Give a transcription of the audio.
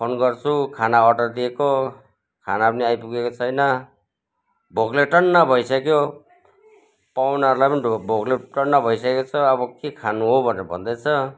phone गर्छु खाना order दिएको खाना पनि आइपुगेको छैन भोकले टन्न भइसक्यो पाहुनाहरूलाई पनि भोकले टन्न भइसकेको छ अब के खानु हौ भनेर भन्दैछ